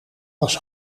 was